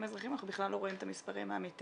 והאזרחיים אנחנו בכלל לא רואים את המספרים האמיתיים.